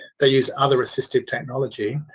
they use other assistive technology,